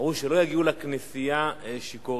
אמרו: שלא יגיעו לכנסייה שיכורים.